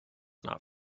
not